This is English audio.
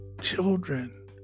children